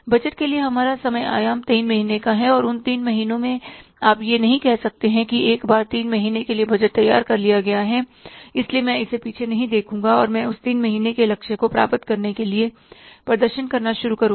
budget के लिए हमारा समय आयाम तीन महीने का है और उस तीन महीनों में आप यह नहीं कह सकते हैं कि एक बार तीन महीने के लिए बजट तैयार कर लिया है इसलिए मैं अब पीछे नहीं देखूँगा और मैं उस तीन महीने के लक्ष्य को प्राप्त करने के लिए प्रदर्शन करना शुरू करूँगा